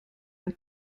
den